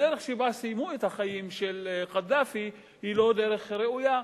הדרך שבה סיימו את החיים של קדאפי היא לא דרך ראויה.